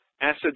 acid